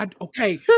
Okay